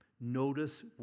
notice